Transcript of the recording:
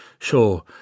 sure